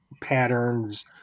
patterns